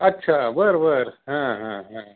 अच्छा बरं बरं हां हां ह